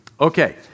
Okay